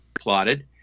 plotted